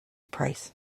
price